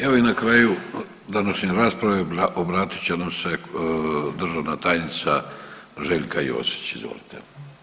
Evo i na kraju današnje rasprave obratit će nam se državna tajnica Željka Josić, izvolite.